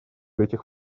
этих